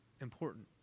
important